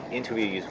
interviews